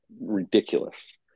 ridiculous